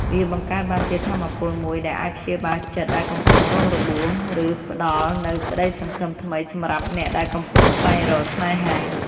វាបង្កើតបានជាថាមពលមួយដែលអាចព្យាបាលចិត្តដែលកំពុងរងរបួស ឬផ្ដល់នូវក្តីសង្ឃឹមថ្មីសម្រាប់អ្នកដែលកំពុងស្វែងរកស្នេហា។